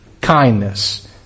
kindness